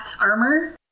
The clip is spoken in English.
armor